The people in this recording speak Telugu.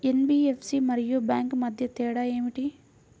ఎన్.బీ.ఎఫ్.సి మరియు బ్యాంక్ మధ్య తేడా ఏమిటి?